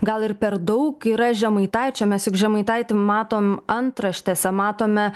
gal ir per daug yra žemaitaičio mes juk žemaitaitį matom antraštėse matome